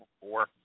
four